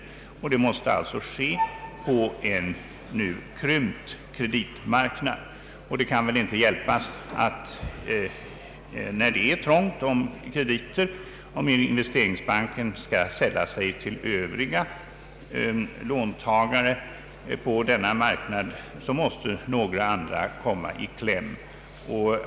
Detta måste alltså ske på en krympt kreditmarknad. När det nu är trångt om krediter och Investeringsbanken skall sälla sig till övriga låntagare på denna marknad, kan det inte hjälpas att andra måste komma i kläm.